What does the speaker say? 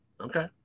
okay